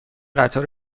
قطار